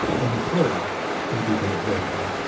and the third and the dependent variable.